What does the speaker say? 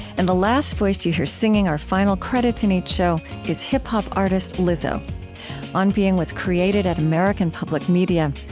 and the last voice you hear, singing our final credits in each show, is hip-hop artist lizzo on being was created at american public media.